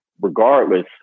regardless